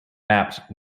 mapped